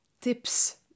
tips